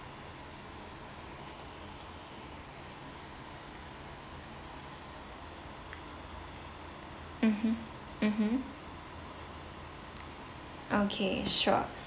mmhmm mmhmm okay sure